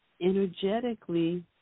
energetically